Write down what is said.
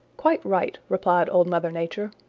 quite right, replied old mother nature.